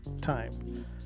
time